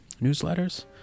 newsletters